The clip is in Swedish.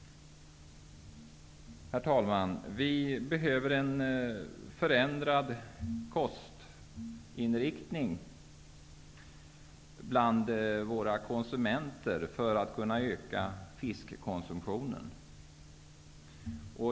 Herr talman! Vi behöver en förändrad kostinriktning bland våra konsumenter för att kunna öka fiskkonsumtionen.